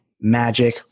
magic